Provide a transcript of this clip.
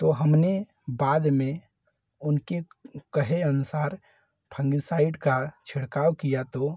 तो हमने बाद में उनकी कहे अनसार फंगिसाइड का छिड़काव किया तो